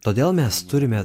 todėl mes turime